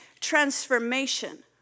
transformation